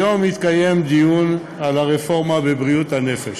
היום התקיים דיון על הרפורמה בבריאות הנפש.